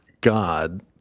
God